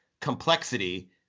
complexity